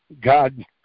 God